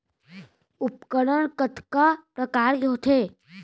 उपकरण कतका प्रकार के होथे?